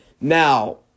now